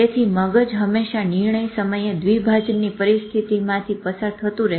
તેથી મગજ હંમેશા નિર્ણય સમયે દ્વિભાજનની પરિસ્થિતિ માંથી પસાર થતું રહશે